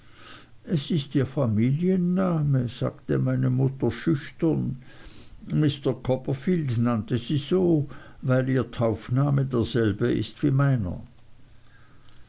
es ist ihr familienname sagte meine mutter schüchtern mr copperfield nannte sie so weil ihr taufname derselbe ist wie meiner